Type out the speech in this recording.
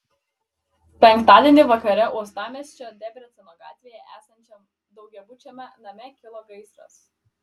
penktadienį vakare uostamiesčio debreceno gatvėje esančiam daugiabučiame name kilo gaisras